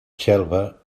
xelva